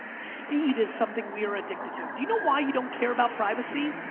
speed is something we are addicted to. do you know why you don't care about privacy?